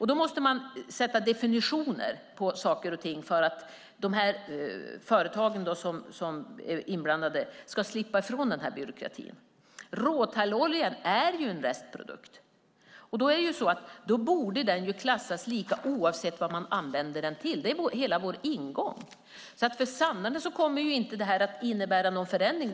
Man måste sätta definitioner på saker och ting för att de företag som är inblandade ska slippa ifrån byråkratin. Råtalloljan är ju en restprodukt, och då borde den klassas lika oavsett vad man använder den till. Det är hela vår ingång. För Sandarne kommer inte det här att innebära någon förändring.